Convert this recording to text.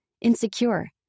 insecure